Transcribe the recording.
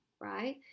right